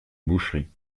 boucherie